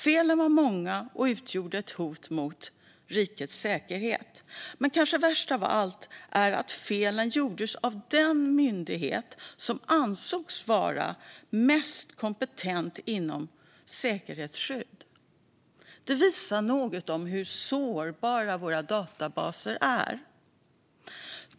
Felen var många och utgjorde ett hot mot rikets säkerhet. Men kanske värst av allt är att felen gjordes av den myndighet som ansågs vara mest kompetent inom säkerhetsskydd. Det säger något om hur sårbara våra databaser är.